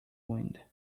wind